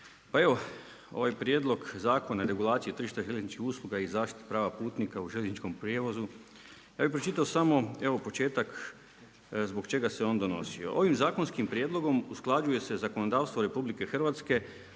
Pa evo ovaj Prijedlog Zakona o regulaciji tržišta željezničkih usluga i zaštiti prava putnika u željezničkom prijevozu, ja bih pročitao sam evo početak zbog čega se on donosio. Ovim zakonskim prijedlogom usklađuje se zakonodavstvo RH sa